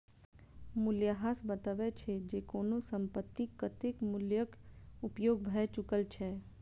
मूल्यह्रास बतबै छै, जे कोनो संपत्तिक कतेक मूल्यक उपयोग भए चुकल छै